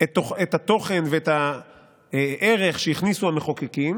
את התוכן ואת הערך שהכניסו המחוקקים,